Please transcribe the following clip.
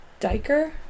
Diker